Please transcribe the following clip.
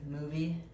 movie